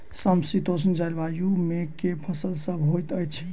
समशीतोष्ण जलवायु मे केँ फसल सब होइत अछि?